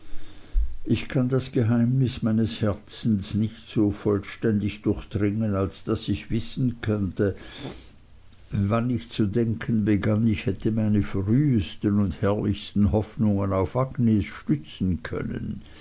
ich kann das geheimnis meines herzens nicht so vollständig durchdringen als daß ich wissen könnte wann ich zu denken begann ich hätte meine frühesten und herrlichsten hoffnungen auf agnes stützen können